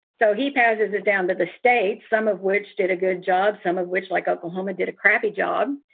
so he passes it down to the states, some of which did a good job, some of which, like oklahoma, did a crappy job.